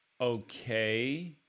okay